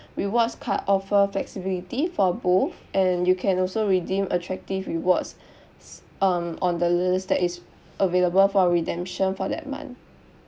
rewards card offer flexibility for both and you can also redeem attractive rewards s~ um on the li~ list that is available for redemption for that month